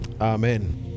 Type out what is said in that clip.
amen